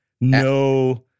No